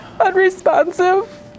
unresponsive